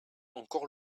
encore